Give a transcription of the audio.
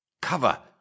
Cover